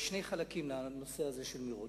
שני חלקים לנושא הזה של מירון.